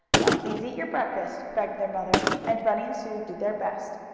now please eat your breakfast! begged their mother, and bunny and sue did their best.